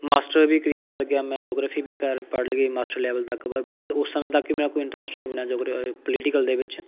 master ਵੀ clear ਕਰ ਗਿਆ ਮੈਂ ਜੌਗਰਾਫ਼ੀ ਵੀ ਕਰ ਪੜ੍ਹ ਲਈ ਮਾਸਟਰ ਲੈਵਲ ਤੱਕ ਪਰ ਬਾਅਦ ਉਸ ਸਮੇਂ ਤੱਕ ਮੇਰਾ ਕੋਈ ਇੰਟਰਸਟ ਨਹੀਂ ਬਣਿਆ ਜੌਗ ਪੋਲੀਟੀਕਲ ਦੇ ਵਿੱਚ